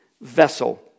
vessel